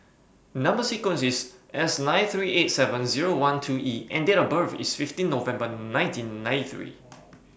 Number sequence IS S nine three eight seven Zero one two E and Date of birth IS fifteen November nineteen ninety three